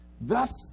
Thus